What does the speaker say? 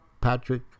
Patrick